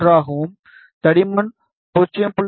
1 ஆகவும் தடிமன் 0